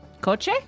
Coche